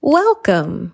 welcome